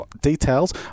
details